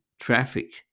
traffic